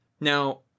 Now